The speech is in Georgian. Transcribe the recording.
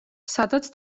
სადაც